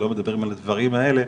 שלא מדברים על הדברים האלה,